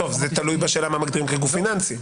טוב, זה תלוי בשאלה של מה מגדירים כגוף פיננסי.